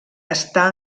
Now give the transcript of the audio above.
està